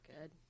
good